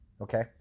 okay